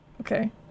okay